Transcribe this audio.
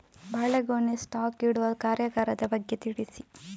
ಬಾಳೆಗೊನೆ ಸ್ಟಾಕ್ ಇಡುವ ಕಾರ್ಯಗಾರದ ಬಗ್ಗೆ ತಿಳಿಸಿ